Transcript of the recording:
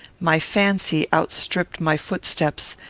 my fancy outstripped my footsteps,